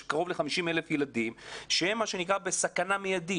קרוב ל-50,000 ילדים שהם מה שנקרא בסכנה מיידית.